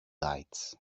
lights